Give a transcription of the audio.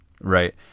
Right